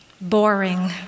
boring